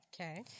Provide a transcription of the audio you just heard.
Okay